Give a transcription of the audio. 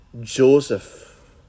Joseph